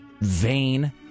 vain